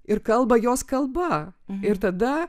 ir kalba jos kalba ir tada